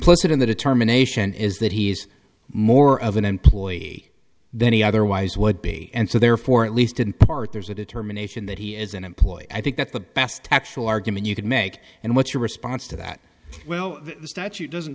cit in the determination is that he is more of an employee then he otherwise would be and so therefore at least in part there's a determination that he is an employee i think that the best actual argument you could make and what your response to that well the statute doesn't